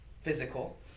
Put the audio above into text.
physical